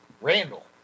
Randall